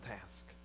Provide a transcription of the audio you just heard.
task